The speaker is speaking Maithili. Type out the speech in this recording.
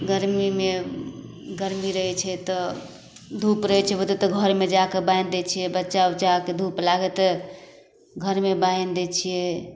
गरमीमे गरमी रहै छै तऽ धूप रहै छै बहुते तऽ घरमे जाकऽ बान्हि दै छिए बच्चा उच्चाके धूप लागै छै तऽ घरमे बान्हि दै छिए